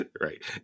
Right